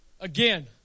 Again